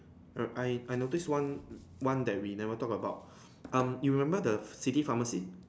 err I I noticed one one that we never talk about um you remember the city pharmacy